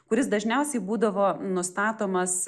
kuris dažniausiai būdavo nustatomas